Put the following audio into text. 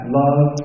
love